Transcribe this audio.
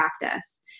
practice